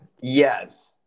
Yes